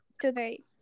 today